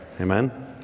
Amen